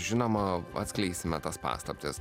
žinoma atskleisime tas paslaptis